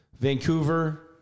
vancouver